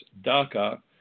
DACA